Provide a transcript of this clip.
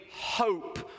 hope